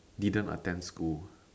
didn't attend school